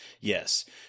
Yes